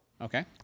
Okay